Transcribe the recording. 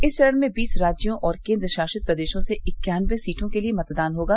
इस चरण में बीस राज्यों और केन्द्र शासित प्रदेशों से इक्यानवे सीटों के लिए मतदान होगा